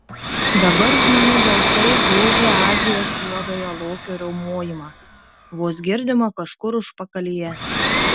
dabar žmonių balsai gožė azijos juodojo lokio riaumojimą vos girdimą kažkur užpakalyje